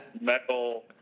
metal